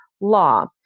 law